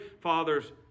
Father's